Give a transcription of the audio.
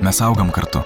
mes augam kartu